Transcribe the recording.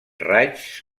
raigs